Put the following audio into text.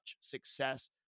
success